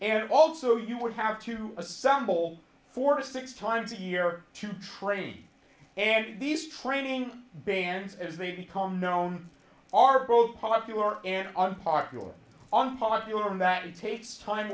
and also you would have to assemble four to six times a year to train and these training bands as they become known are both popular and unpopular unpopular and that takes time